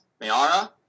mayara